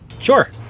Sure